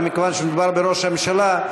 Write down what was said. אבל מכיוון שמדובר בראש הממשלה,